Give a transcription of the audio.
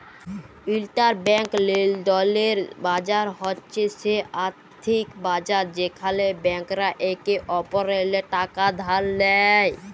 interbank লেলদেলের বাজার হছে সে আথ্থিক বাজার যেখালে ব্যাংকরা একে অপরেল্লে টাকা ধার লেয়